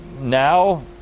Now